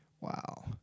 Wow